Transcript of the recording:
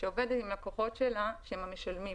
שעובדת עם לקוחות שלה שהם המשלמים.